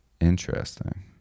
Interesting